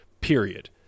period